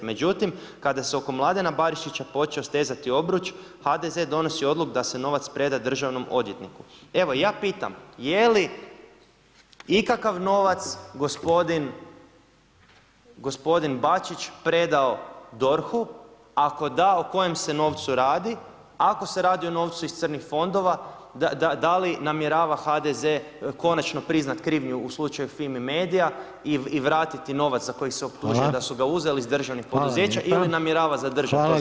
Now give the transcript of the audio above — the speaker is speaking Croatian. Međutim kada se oko Mladena Barišića počeo stezati obruč HDZ donosi odluku da se novac preda državnom odvjetniku.“ Evo ja pitam je li ikakav novac gospodin Bačić predao DORH-u, ako da o kojem se novcu radi, ako se radi o novcu iz crnih fondova da li namjerava HDZ konačno priznat krivnju u slučaju Fimi medija i vratiti novac [[Upadica: Hvala.]] za koji ih se optužuje da su ga uzeli iz državnih poduzeća [[Upadica: Hvala lijepa.]] ili namjerava zadržati [[Upadica: Hvala lijepa.]] ga za sebe?